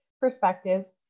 perspectives